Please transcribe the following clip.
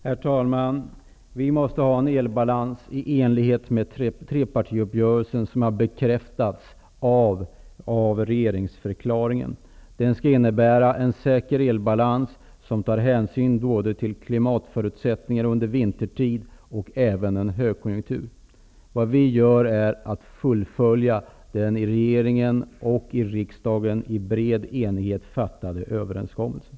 Herr talman! Vi måste ha en elbalans i enlighet med trepartiuppgörelsen, som har bekräftats av regeringsförklaringen. Den skall innebära en säker elbalans med hänsyn tagen till klimatförutsättningar under vintertid och även till en högkonjunktur. Vad vi gör är att vi fullföljer den i regeringen och i riksdagen i bred enighet gjorda överenskommelsen.